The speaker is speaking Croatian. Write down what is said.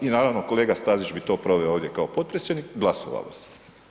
I naravno kolega Stazić bi proveo to ovdje kao potpredsjednik, glasovalo se.